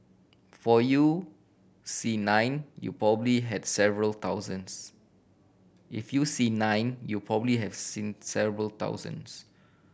for you see nine you probably have several thousands if you see nine you probably have seen several thousands